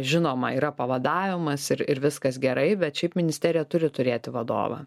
žinoma yra pavadavimas ir ir viskas gerai bet šiaip ministerija turi turėti vadovą